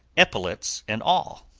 epaulettes and all.